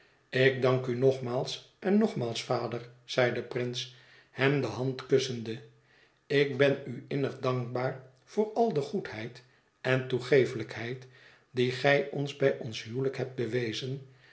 ik dank u nogmaals en nogmaals vader zeide prince hem de hand kussende ik ben u innig dankbaar voor al de goedheid en toegeeflijkheid die gij ons bij ons huwelijk hebt bewezen